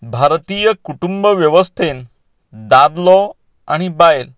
भारतीय कुटुंब वेवस्थेंत दादलो आनी बायल